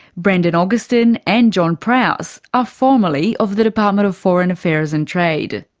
brendan augustin and john prowse, are formerly of the department of foreign affairs and trade.